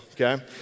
okay